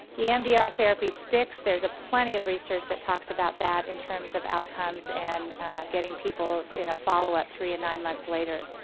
emdr therapy sticks, there's plenty of research that talks about that in terms of outcomes and getting people in a follow up three to and nine months later.